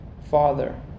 Father